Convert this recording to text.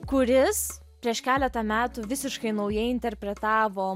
kuris prieš keletą metų visiškai naujai interpretavo